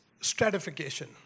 stratification